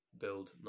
build